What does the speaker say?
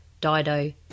Dido